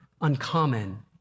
uncommon